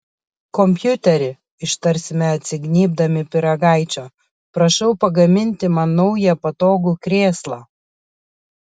kompiuteri ištarsime atsignybdami pyragaičio prašau pagaminti man naują patogų krėslą